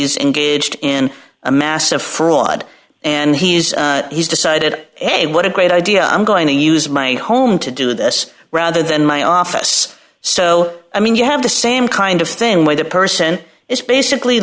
's engaged in a massive fraud and he's he's decided hey what a great idea i'm going to use my home to do this rather than my office so i mean you have the same kind of thing where the person is basically